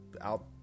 out